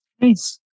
Nice